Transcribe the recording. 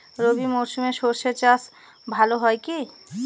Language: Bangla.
রবি মরশুমে সর্ষে চাস ভালো হয় কি?